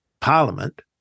Parliament